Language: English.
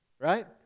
right